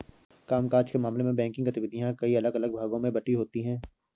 काम काज के मामले में बैंकिंग गतिविधियां कई अलग अलग भागों में बंटी होती हैं